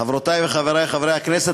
חברותי וחברי חברי הכנסת,